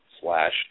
slash